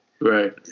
Right